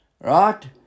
right